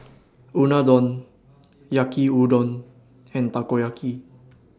Unadon Yaki Udon and Takoyaki